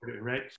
right